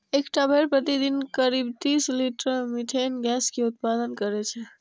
एकटा भेड़ प्रतिदिन करीब तीस लीटर मिथेन गैस के उत्पादन करै छै